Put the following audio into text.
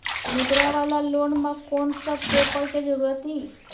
मुद्रा वाला लोन म कोन सब पेपर के जरूरत इ?